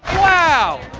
wow!